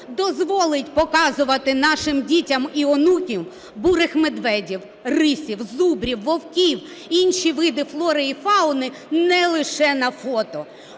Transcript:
дозволить показувати нашим дітям і онукам бурих ведмедів, рисей, зубрів, вовків, інші види флори і фауни не лише на фото.